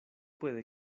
puede